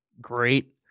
great